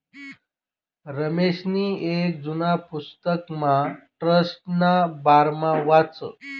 रमेशनी येक जुना पुस्तकमा ट्रस्टना बारामा वाचं